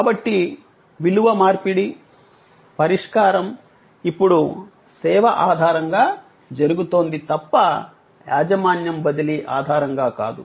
కాబట్టి విలువ మార్పిడి పరిష్కారం ఇప్పుడు సేవ ఆధారంగా జరుగుతోంది తప్ప యాజమాన్యం బదిలీ ఆధారంగా కాదు